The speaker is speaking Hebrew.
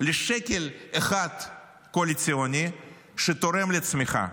לשקל אחד קואליציוני שתורם לצמיחה.